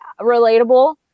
relatable